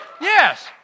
Yes